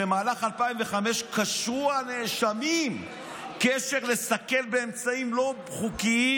במהלך 2005 קשרו הנאשמים קשר לסכל באמצעים לא חוקיים את,